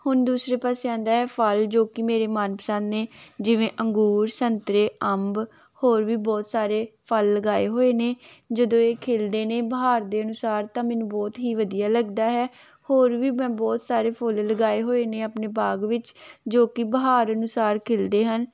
ਹੁਣ ਦੂਸਰੇ ਪਾਸੇ ਆਉਂਦਾ ਹੈ ਫਲ ਜੋ ਕਿ ਮੇਰੇ ਮਨ ਪਸੰਦ ਨੇ ਜਿਵੇਂ ਅੰਗੂਰ ਸੰਗਤਰੇ ਅੰਬ ਹੋਰ ਵੀ ਬਹੁਤ ਸਾਰੇ ਫਲ ਲਗਾਏ ਹੋਏ ਨੇ ਜਦੋਂ ਇਹ ਖਿੜਦੇ ਨੇ ਬਹਾਰ ਦੇ ਅਨੁਸਾਰ ਤਾਂ ਮੈਨੂੰ ਬਹੁਤ ਹੀ ਵਧੀਆ ਲੱਗਦਾ ਹੈ ਹੋਰ ਵੀ ਮੈਂ ਬਹੁਤ ਸਾਰੇ ਫੁੱਲ ਲਗਾਏ ਹੋਏ ਨੇ ਆਪਣੇ ਬਾਗ ਵਿੱਚ ਜੋ ਕਿ ਬਹਾਰ ਅਨੁਸਾਰ ਖਿੜਦੇ ਹਨ